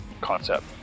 concept